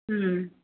ம்